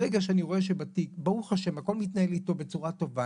ברגע שאני רואה שבתיק ברוך השם הכל מתנהל איתו בצורה טובה